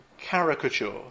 caricature